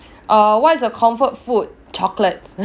err what's your comfort food chocolates